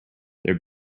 their